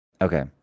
Okay